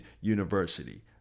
University